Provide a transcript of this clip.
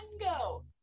go